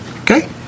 Okay